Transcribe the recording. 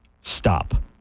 stop